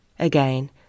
Again